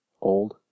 old